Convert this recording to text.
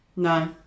No